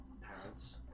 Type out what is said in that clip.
parents